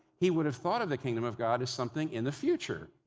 he would have thought of the kingdom of god as something in the future.